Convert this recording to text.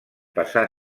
passà